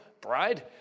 bride